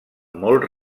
molt